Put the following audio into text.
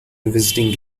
visiting